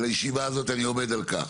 ולישיבה הזאת אני עומד על כך